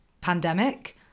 pandemic